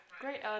Great